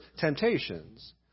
temptations